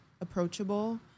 approachable